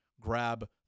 Grab